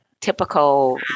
typical